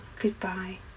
goodbye